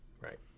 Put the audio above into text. Right